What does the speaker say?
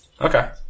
Okay